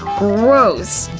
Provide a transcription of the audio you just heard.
gross